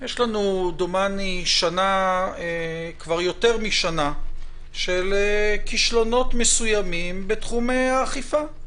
יש לנו דומני כבר יותר משנה של כישלונות מסוימים בתחומי האכיפה.